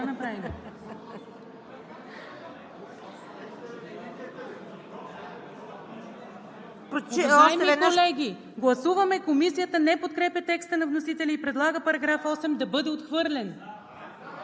Уважаеми колеги, гласуваме: „Комисията не подкрепя текста на вносителя и предлага § 8 да бъде отхвърлен.“